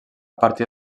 partir